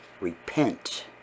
Repent